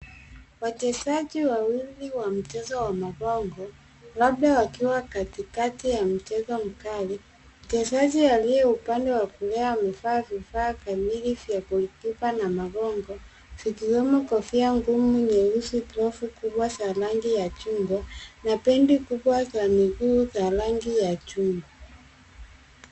Wachezaji wawili wa mchezo wa magongo, labda wakiwa katikati ya mchezo mkali. Mchezaji aliye upande wa kulia, amevaa vifaa kamili vya goalkeeper na magongo, vikiwemo kofia ngumu nyeusi, glavu kubwa za rangi ya chungwa, na pedi kubwa za miguu za rangi ya chungwa.